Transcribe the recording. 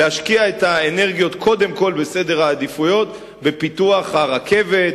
להשקיע את האנרגיות קודם כול בסדר העדיפויות: בפיתוח הרכבת,